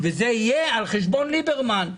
וזה יהיה על חשבון ליברמן.